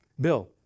Bill